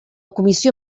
comissió